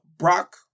Brock